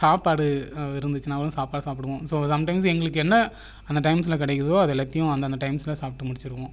சாப்பாடு இருந்துச்சுன்னால் சாப்பாடு சாப்பிடுவோம் ஸோ சம் டைம்ஸ் எங்களுக்கு என்ன அந்த டைம்ஸில் கிடைக்குதோ அது எல்லாத்தையும் அந்த டைம்ஸில் சாப்பிட்டு முடிச்சுடுவோம்